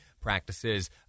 practices